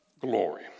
glory